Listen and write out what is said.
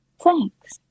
thanks